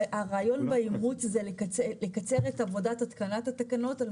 הרעיון באימוץ הוא לקצר את עבודת התקנת התקנות על